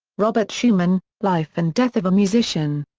robert schumann life and death of a musician.